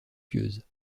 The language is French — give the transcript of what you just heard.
pieuse